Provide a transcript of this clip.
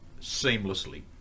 seamlessly